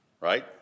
right